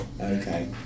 Okay